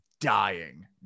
dying